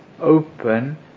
open